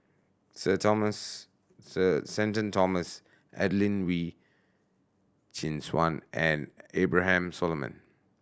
Sir Thomas Sir Shenton Thomas Adelene Wee Chin Suan and Abraham Solomon